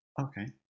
Okay